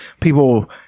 people